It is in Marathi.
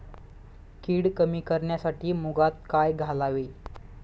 कीड कमी करण्यासाठी मुगात काय घालावे?